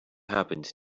happened